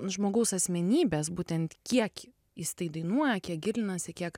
žmogaus asmenybės būtent kiek jis tai dainuoja kiek gilinasi kiek